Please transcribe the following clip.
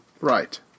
Right